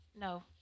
No